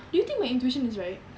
do you think my intuition is right